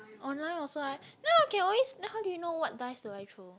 online also ah then I can always then how do you know what dice do I throw